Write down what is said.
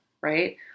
right